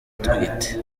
atwite